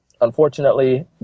Unfortunately